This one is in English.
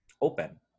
open